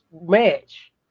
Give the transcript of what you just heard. match